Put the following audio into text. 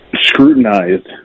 scrutinized